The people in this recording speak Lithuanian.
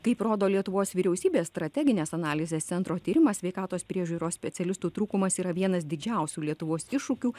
kaip rodo lietuvos vyriausybės strateginės analizės centro tyrimas sveikatos priežiūros specialistų trūkumas yra vienas didžiausių lietuvos iššūkių